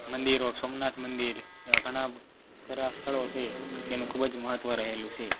મંદિરો સોમનાથ મંદિર એવા ઘણાં ખરાં સ્થળો છે જેનું ખૂબ જ મહત્ત્વ રહેલું છે